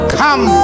come